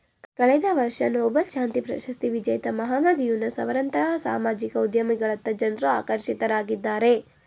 ಕಳೆದ ವರ್ಷ ನೊಬೆಲ್ ಶಾಂತಿ ಪ್ರಶಸ್ತಿ ವಿಜೇತ ಮಹಮ್ಮದ್ ಯೂನಸ್ ಅವರಂತಹ ಸಾಮಾಜಿಕ ಉದ್ಯಮಿಗಳತ್ತ ಜನ್ರು ಆಕರ್ಷಿತರಾಗಿದ್ದಾರೆ